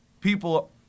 people